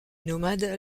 nomades